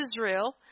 Israel